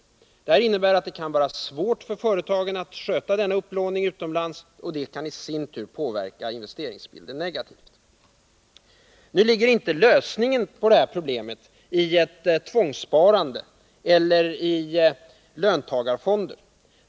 Det innebär att det kan vara svårt för företagen att sköta upplåningen utomlands, och det kan i sin tur påverka investeringsbilden negativt. Nu ligger inte lösningen på problemet i ett tvångssparande eller i löntagarfonder.